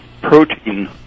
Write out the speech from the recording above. protein